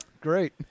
Great